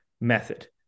method